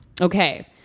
Okay